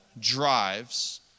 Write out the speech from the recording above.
drives